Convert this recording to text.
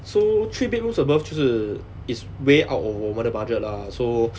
so three bedrooms above 就是 it's way out of 我们的 budget lah so